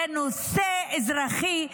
זה נושא אזרחי,